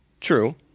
True